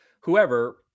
whoever